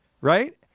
right